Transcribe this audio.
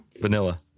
Vanilla